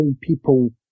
people